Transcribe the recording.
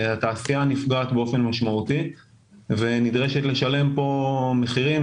התעשייה נפגעת באופן משמעותי ונדרשת לשלם פה מחירים